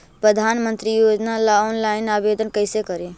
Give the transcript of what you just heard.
प्रधानमंत्री योजना ला ऑनलाइन आवेदन कैसे करे?